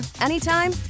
anytime